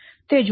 તે જોઈએ